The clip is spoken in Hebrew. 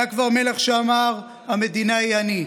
היה כבר מלך שאמר 'המדינה היא אני'.